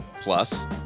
Plus